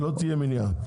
לא תהיה מניעה,